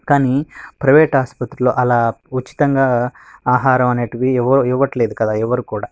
కానీ ప్రైవేట్ ఆసుపత్రిలో అలా ఉచితంగా ఆహారం అనేవి ఇవ్వట్లేదు కదా ఇవ్వరు కూడా